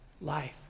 life